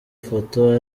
foto